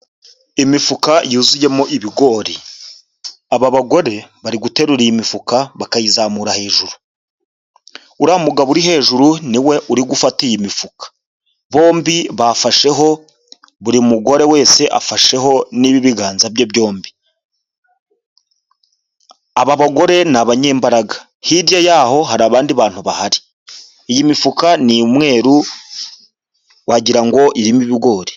Imifuka yuzuyemo ibigori, aba bagore bari guterura iyi mifuka bakayizamura hejuru, uriya mugabo uri hejuru ni we uri gufata iyi mifuka, bombi bafasheho buri wese afasheho n'ibiganza bye byombi. Aba bagore ni abanyembaraga, hirya yaho hari abandi bantu bahari. Iyi mifuka ni umweru wagira ngo irimo ibigori.